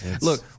Look